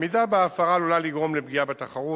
המידה שבה ההפרה עלולה לגרום לפגיעה בתחרות,